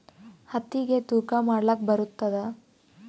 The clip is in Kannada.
ಹತ್ತಿಗಿ ತೂಕಾ ಮಾಡಲಾಕ ಬರತ್ತಾದಾ?